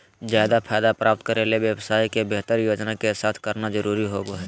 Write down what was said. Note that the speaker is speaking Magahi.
ज्यादा फायदा प्राप्त करे ले व्यवसाय के बेहतर योजना के साथ करना जरुरी होबो हइ